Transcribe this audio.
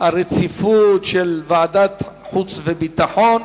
הרציפות של ועדת חוץ וביטחון.